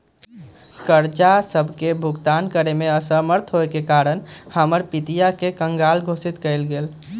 कर्जा सभके भुगतान करेमे असमर्थ होयेके कारण हमर पितिया के कँगाल घोषित कएल गेल